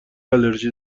آلرژی